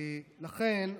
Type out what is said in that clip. לכן,